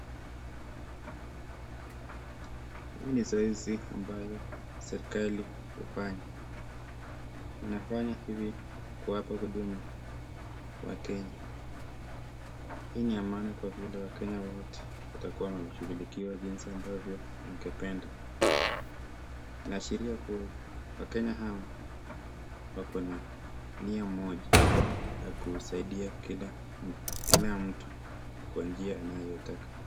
Hii ni zoezi ambayo serikali hufanya. Wamafanya hivi kuwapa huduma wakenya. Hii ni ya maana kwa vile wakenya wote watakuwa wanashughulikiwa jinsi ambavyo wangependa. Inaashiria kuwa wakenya hawa wako na nia moja ya kusaidia kila mtu kwa njia anayotaka.